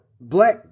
Black